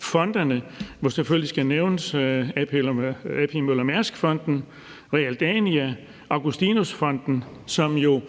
fondene – hvor der selvfølgelig skal nævnes A.P. Møller Fonden, Realdania og Augustinus Fonden – som jo,